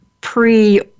Pre